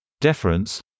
deference